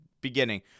beginning